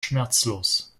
schmerzlos